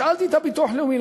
שאלתי את הביטוח הלאומי,